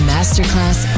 Masterclass